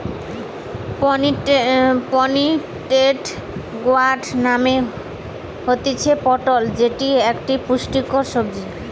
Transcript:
pointed gourd মানে হতিছে পটল যেটি একটো পুষ্টিকর সবজি